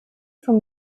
from